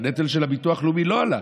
והנטל של הביטוח לאומי לא עלה.